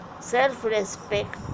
self-respect